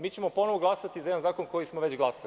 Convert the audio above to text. Mi ćemo ponovo glasati za jedan zakon koji smo već glasali.